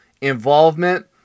involvement